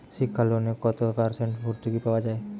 শিক্ষা লোনে কত পার্সেন্ট ভূর্তুকি পাওয়া য়ায়?